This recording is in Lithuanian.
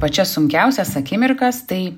pačias sunkiausias akimirkas tai